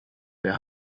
der